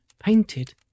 Painted